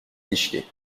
fichier